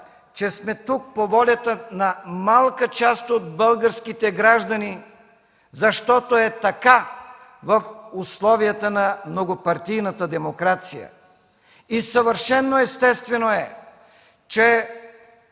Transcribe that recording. че сме тук по волята на малка част от българските граждани, защото е така в условията на многопартийната демокрация и съвършено естествено е